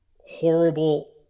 horrible